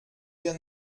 wir